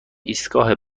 ایستگاه